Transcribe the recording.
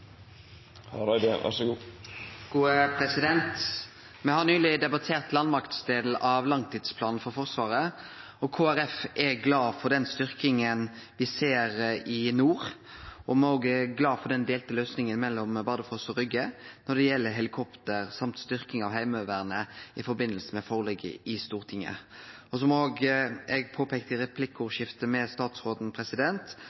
Me har nyleg debattert landmaktdelen av langtidsplanen for Forsvaret. Kristeleg Folkeparti er glad for den styrkinga me ser i nord, og me er òg glade for den delte løysinga mellom Bardufoss og Rygge når det gjeld helikopter og styrking av Heimevernet i samband med forliket i Stortinget. Og som eg påpeikte i